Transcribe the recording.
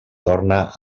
torna